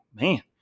man